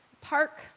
Park